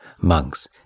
Monks